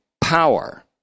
power